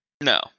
no